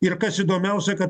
ir kas įdomiausia kad